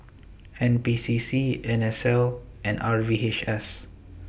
N P C C N S L and R V H S